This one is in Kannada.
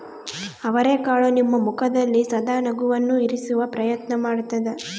ಅವರೆಕಾಳು ನಿಮ್ಮ ಮುಖದಲ್ಲಿ ಸದಾ ನಗುವನ್ನು ಇರಿಸುವ ಪ್ರಯತ್ನ ಮಾಡ್ತಾದ